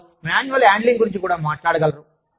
మరియు వారు manual handling గురించి కూడా మాట్లాడగలరు